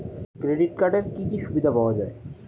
Credit কার্ডের কি কি সুবিধা পাওয়া যায়?